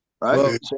Right